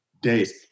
days